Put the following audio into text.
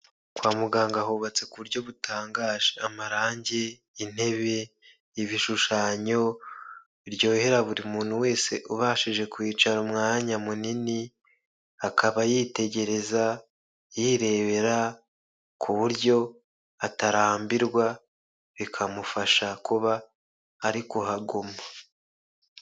Kwa muganga hubatse ku buryo butangaje, amarange, intebe, ibishushanyo biryohera buri muntu wese ubashije kuhicara umwanya munini. Akaba yitegereza yirebera ku buryo atarambirwa, bikamufasha kuba ari kuhaguma.